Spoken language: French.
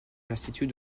l’institut